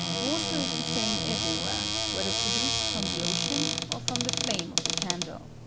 water is the same every where, whether produced from the ocean or from the flame of the candle.